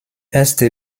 erste